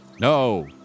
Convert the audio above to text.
No